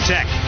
Tech